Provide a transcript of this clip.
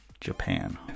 Japan